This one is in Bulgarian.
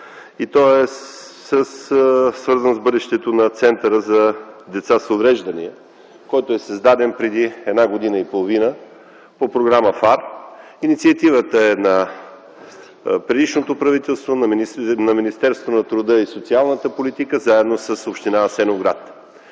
свързан с бъдещето на Центъра за деца с увреждания, създаден преди година и половина по програма ФАР. Инициативата е на предишното правителство, на Министерството на труда и социалната политика заедно с община Асеновград.